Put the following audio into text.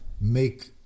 make